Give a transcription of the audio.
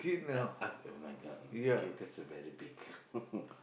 yeah my-God okay that's a very big